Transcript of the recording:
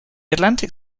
atlantic